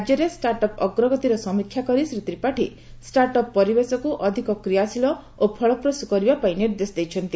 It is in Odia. ରାଜ୍ୟରେ ଷ୍ଟାର୍ଟ ଅପ୍ ଅଗ୍ରଗତିର ସମୀକ୍ଷା କରି ଶ୍ରୀ ତ୍ରିପାଠୀ ଷ୍ଟାର୍ଟ ଅପ୍ ପରିବେଶକୁ ଅଧିକ କ୍ରିୟାଶୀଳ ଓ ଫଳପ୍ରସ୍ କରିବାପାଇଁ ନିର୍ଦ୍ଦେଶ ଦେଇଛନ୍ତି